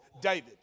David